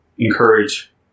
Encourage